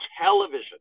television